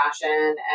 fashion